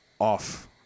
off